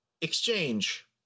exchange